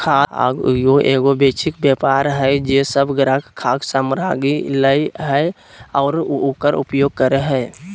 खाद्य उद्योगएगो वैश्विक व्यापार हइ जे सब ग्राहक खाद्य सामग्री लय हइ और उकर उपभोग करे हइ